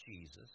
Jesus